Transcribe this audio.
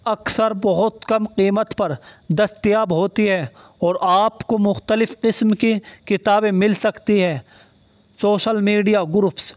اکثر بہت کم قیمت پر دستیاب ہوتی ہیں اور آپ کو مختلف قسم کی کتابیں مل سکتی ہیں سوشل میڈیا گروپس